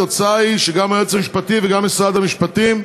התוצאה היא שגם היועץ המשפטי וגם משרד המשפטים,